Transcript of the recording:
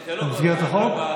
אז, במסגרת החוק?